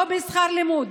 לא בשכר לימוד,